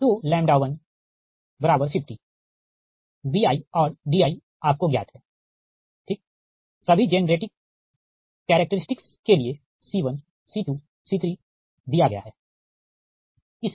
तो 150 bi और di आपको ज्ञात है ठीक सभी जेनरेटिंग कैरेक्टरिस्टकस के लिए C1C2C3 दिया गया है ठीक